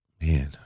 Man